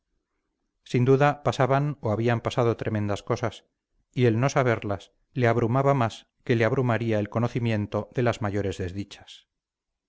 sin duda pasaban o habían pasado tremendas cosas y el no saberlas le abrumaba más que le abrumaría el conocimiento de las mayores desdichas